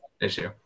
issue